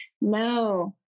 no